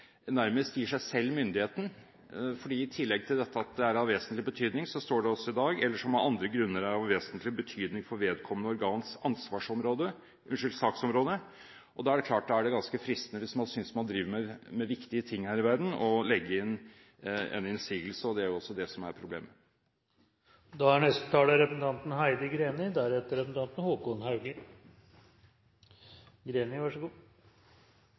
nærmest gir seg selv myndigheten. For i tillegg til at det er av vesentlig betydning, står det også i dag «eller som av andre grunner er av vesentlig betydning for vedkommende organs saksområde». Da er det klart at det er fristende, hvis man synes man driver med viktige ting her i verden, å legge inn en innsigelse, og det er også det som er problemet. Det var representanten